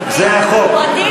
זה החוק.